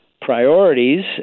priorities